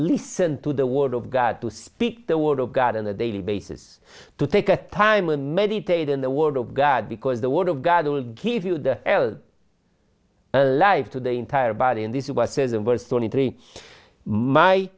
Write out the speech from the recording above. listen to the word of god to speak the word of god on a daily basis to take a time and meditate in the word of god because the word of god will give you the l a life to the entire body and this is